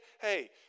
hey